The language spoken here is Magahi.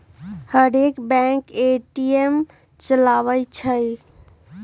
हरेक बैंक ए.टी.एम चलबइ छइ